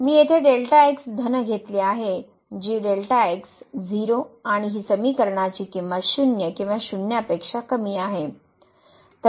मी येथे धन घेतली आहे जी 0 आणि ही समीकरणाची किंमत शून्य किंवा शून्यापेक्षा पेक्षा कमी आहे